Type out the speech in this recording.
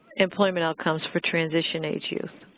employment outcomes for transition-age youth.